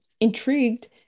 intrigued